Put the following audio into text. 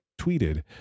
tweeted